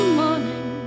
morning